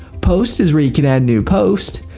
posts is where you can add new posts.